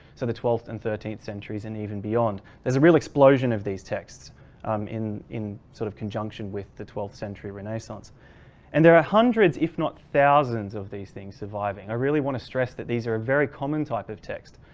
so the twelfth and thirteenth centuries and even beyond. there's a real explosion of these texts um in in sort of conjunction with the twelfth century renaissance and there are hundreds if not thousands of these things surviving. i really want to stress that these are a very common type of text.